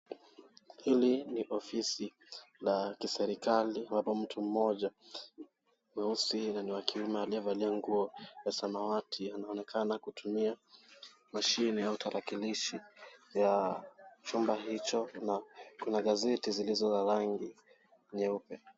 Hili ni ofisi la kiserikali ambapo mtu mmoja mweusi na ni wa kiume aliyevalia nguo la samawati anaonekana kutumia mashine au tarakilishi ya chumba hicho na kuna gazeti zilizo na rangi nyeupe.